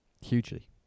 Hugely